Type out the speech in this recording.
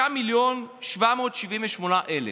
6,778,000,